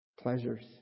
Pleasures